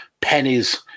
pennies